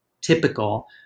typical